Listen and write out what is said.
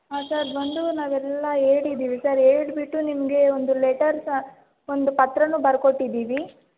ಹಾಂ ಸರ್ ಬಂದು ನಾವೆಲ್ಲ ಹೇಳಿದ್ದೀವಿ ಸರ್ ಹೇಳಿಬಿಟ್ಟು ನಿಮಗೆ ಒಂದು ಲೆಟರ್ ಸಹ ಒಂದು ಪತ್ರಾನೂ ಬರ್ಕೊಟ್ಟಿದ್ದೀವಿ